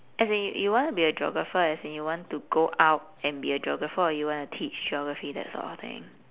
as in you want to be a geographer as in you want to go out and be a geographer or you want to teach geography that sort of thing